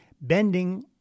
bending